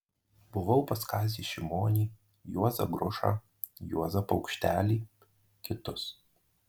buvau pas kazį šimonį juozą grušą juozą paukštelį kitus